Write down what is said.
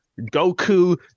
goku